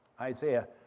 Isaiah